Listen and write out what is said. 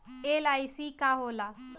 LIC का होला?